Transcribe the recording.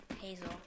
hazel